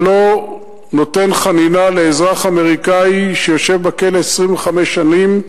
שלא נותן חנינה לאזרח אמריקני שיושב בכלא 25 שנים,